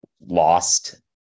lost